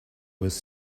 was